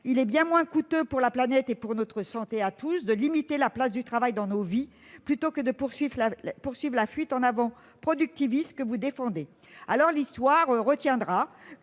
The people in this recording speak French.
il est bien moins coûteux pour la planète et pour notre santé à tous de limiter la place du travail dans nos vies, plutôt que de poursuivre la fuite en avant productiviste que vous défendez. L'histoire retiendra